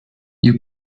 you